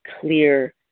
clear